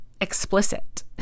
explicit